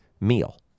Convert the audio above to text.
meal